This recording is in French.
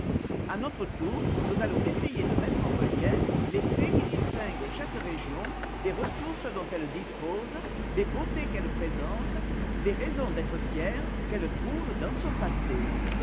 a notre tour nous allons essayer de mettre en relief les traits qui distinguent chaque région les ressources dont elle dispose les beautés qu'elle présente les raisons d'être fiere quelle trouve dans son passé